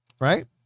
Right